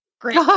Great